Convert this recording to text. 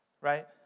Right